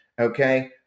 okay